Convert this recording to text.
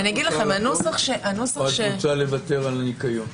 לוותר על הניקיון?